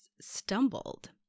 stumbled